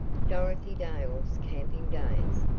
dorothy dale's camping days,